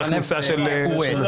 הכניסה של ----- מחיר הנפט בכווית.